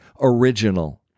original